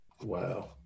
Wow